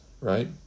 right